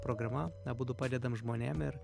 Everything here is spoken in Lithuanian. programa abudu padedam žmonėm ir